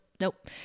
nope